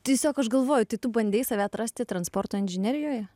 tiesiog aš galvoju tai tu bandei save atrasti transporto inžinerijoje